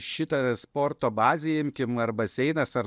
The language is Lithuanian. šitą sporto bazę imkim ar baseinas ar